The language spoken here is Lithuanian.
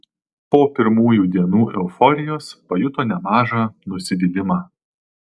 po pirmųjų dienų euforijos pajuto nemažą nusivylimą